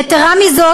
יתרה מזאת,